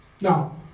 Now